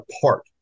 apart